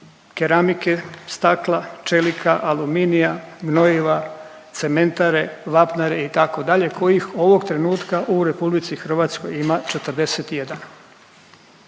keramike, stakla, čelika, aluminija, gnojiva, cementare, vapnare, itd., kojih ovog trenutka u RH ima 41.